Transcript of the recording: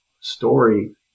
story